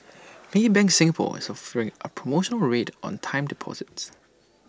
maybank Singapore is offering A promotional rate on time deposits